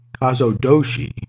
kazodoshi